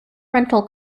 rental